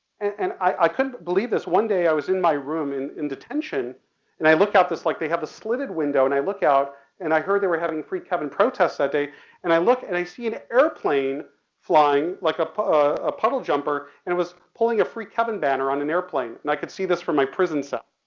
and i, i couldn't believe this one day i was in my room in, in detention and i looked out this like, they have this slitted window, and i look out and i heard they were having free kevin protests that day and i look and i see an airplane flying, like ah a puddle jumper, and it was pulling a free kevin banner on an airplane and i could see this from my prison cell.